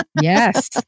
Yes